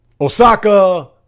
Osaka